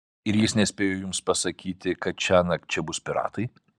ir jis nespėjo jums pasakyti kad šiąnakt čia bus piratai